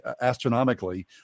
astronomically